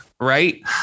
right